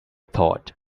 thought